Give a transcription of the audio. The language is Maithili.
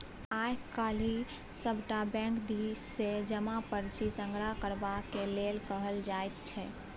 आय काल्हि सभटा बैंक दिससँ जमा पर्ची संग्रह करबाक लेल कहल जाइत छै